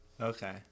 Okay